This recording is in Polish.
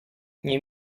nie